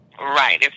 Right